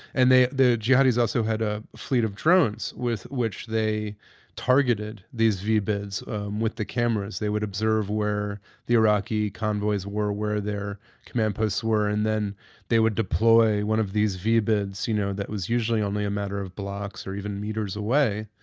and the jihadis also had a fleet of drones with which they targeted these vbieds with the cameras. they would observe where the iraqi convoys were, where their command posts were, and then they would deploy one of these vbieds you know that was usually only a matter of blocks or even meters away,